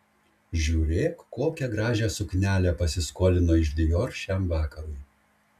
žiūrėk kokią gražią suknelę pasiskolino iš dior šiam vakarui